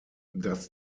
das